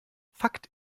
fakt